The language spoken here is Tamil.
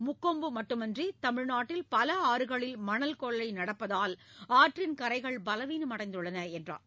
முக்கொம்பு மட்டுமின்றி தமிழ்நாட்டில் பல ஆறுகளில் மணல் கொள்ளை நடப்பதால் ஆற்றின் கரைகள் பலவீனமடைந்துள்ளன என்றார்